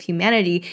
Humanity